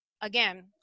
again